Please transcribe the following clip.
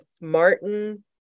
Martin